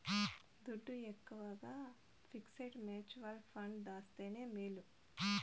దుడ్డు ఎక్కవగా fixed mutual funds దాస్తేనే మేలు